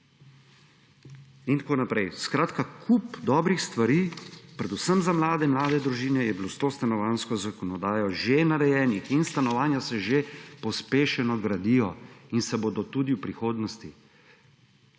Samo zato. Skratka, kup dobrih stvari predvsem za mlade, mlade družine je bilo s to stanovanjsko zakonodajo že narejenih in stanovanja se že pospešeno gradijo in se bodo tudi v prihodnosti.